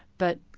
but,